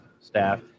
staff